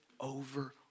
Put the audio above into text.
over